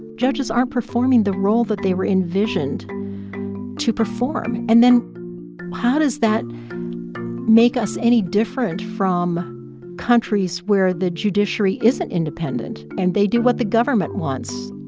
judges aren't performing the role that they were envisioned to perform. and then how does that make us any different from countries where the judiciary isn't independent and they do what the government wants?